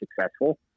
successful